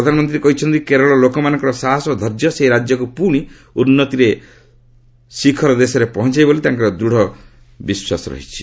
ପ୍ରଧାନମନ୍ତ୍ରୀ କହିଛନ୍ତି କେରଳର ଲୋକମାନଙ୍କର ସାହସ ଓ ଧର୍ଯ୍ୟ ସେହି ରାଜ୍ୟକୁ ପୁଣି ଉନ୍ନତିର ଶିଖର ଦେଶରେ ପହଞ୍ଚାଇବ ବୋଲି ତାଙ୍କର ଦୂଢ଼ ବିଶ୍ୱାସ ରହିଛି